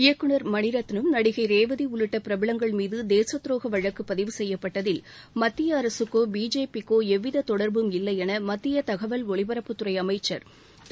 இயக்குநர் மணிரத்னம் நடிகை ரேவதி உள்ளிட்ட பிரபலங்கள் மீது தேசத்துரோக வழக்கு பதிவு செய்யப்பட்டதில் மத்திய அரசுக்கோ பிஜேபிக்கோ எவ்வித தொடர்பும் இல்லை என மத்திய தகவல் ஒலிபரப்புத் துறை அமைச்சர் திரு